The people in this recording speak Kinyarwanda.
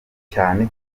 cyane